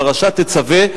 פרשת תצווה,